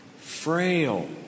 frail